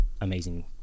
amazing